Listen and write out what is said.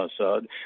Assad